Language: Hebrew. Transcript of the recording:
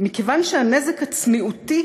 "מכיוון שהנזק הצניעותי